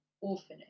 orphanage